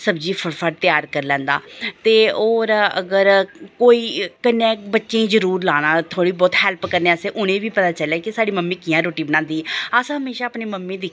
सब्जी फटोफट त्यार करी लैंदा ते और अगर कोई कन्नै बच्चें जरूर लाना थोह्ड़ी बहुत हैल्प करने आस्तै उ'नें बी पता चले कि साढ़ी मम्मी कि'यां रुट्टी बनांदी अस हमेशा अपनी गी दिक्खियै गै